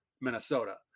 Minnesota